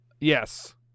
Yes